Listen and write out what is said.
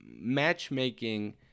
matchmaking